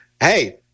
Hey